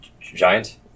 giant